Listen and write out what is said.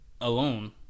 alone